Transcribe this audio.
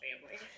family